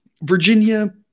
Virginia